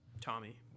Tommy